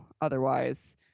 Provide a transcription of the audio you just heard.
otherwise